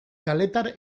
kaletar